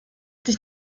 dich